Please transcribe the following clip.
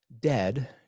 dead